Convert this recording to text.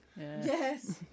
yes